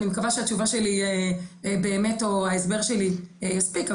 אני מקווה שהתשובה שלי או ההסבר שלי יספיק,